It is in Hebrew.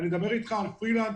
אני מדבר אתך על פרילנסרים.